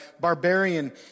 barbarian